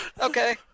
Okay